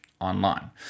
online